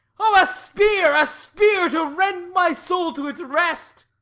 oh, a spear, a spear! to rend my soul to its rest!